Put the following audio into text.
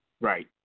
Right